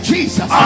Jesus